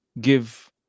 give